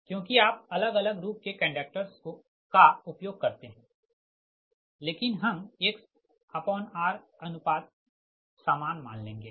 क्योंकि आप अलग अलग रूप के कंडक्टर्स का उपयोग करते है लेकिन हम XR अनुपात सामान मान लेंगे